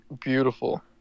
beautiful